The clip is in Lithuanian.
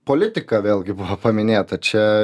politika vėlgi buvo paminėta čia